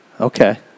Okay